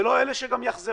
ולא אלה שיחזרו,